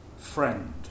Friend